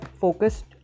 focused